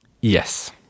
Yes